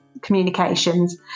communications